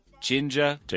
ginger